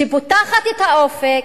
שפותחת את האופק,